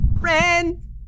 Friend